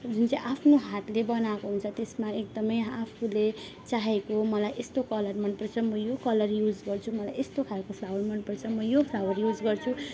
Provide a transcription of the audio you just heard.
जुन चाहिँ आफ्नो हातले बनाएको हुन्छ त्यसमा एकदमै आफूले चाहेको मलाई यस्तो कलर मनपर्छ म यो कलर युज गर्छु मलाई यस्तो खालको फ्लावर मनपर्छ म यो फ्लावर युज गर्छु